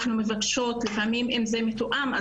לפעמים אם זה מתואם,